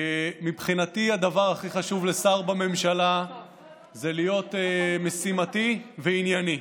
מבחינתי הדבר הכי חשוב לשר בממשלה זה להיות משימתי וענייני.